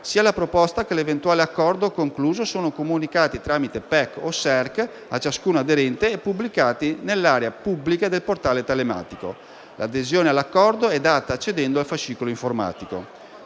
Sia la proposta che l'eventuale accordo concluso sono comunicati tramite PEC o SERC a ciascun aderente e pubblicati nell'area pubblica del portale telematico. L'adesione all'accordo è data accedendo al fascicolo informatico.